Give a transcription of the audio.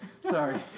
Sorry